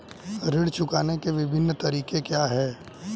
ऋण चुकाने के विभिन्न तरीके क्या हैं?